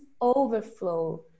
overflow